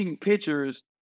pictures